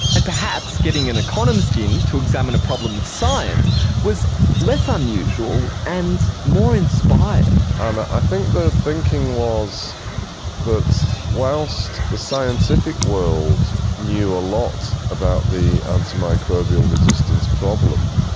and perhaps getting an economist in to examine a problem of science was less unusual and more inspired. um ah i think the thinking was that whilst the scientific world knew a lot about the antimicrobial resistance problem,